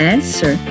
Answer